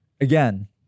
Again